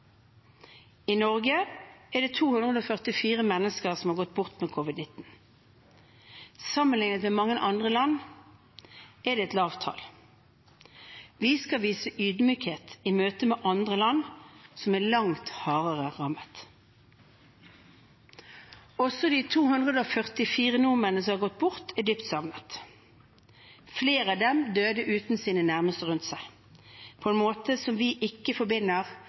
I Norge er det 244 mennesker som har gått bort som følge av covid-19. Sammenliknet med mange andre land er det et lavt tall. Vi skal vise ydmykhet i møtet med andre land som er langt hardere rammet. Også de 244 nordmennene som har gått bort, er dypt savnet. Flere av dem døde uten sine nærmeste rundt seg, på en måte som vi ikke forbinder